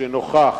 שנוכח